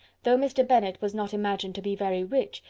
though mr. bennet was not imagined to be very rich,